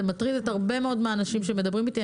זה מטריד הרבה מאוד אנשים שמדברים איתי.